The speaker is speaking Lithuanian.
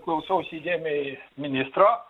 klausausi įdėmiai ministro